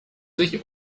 sich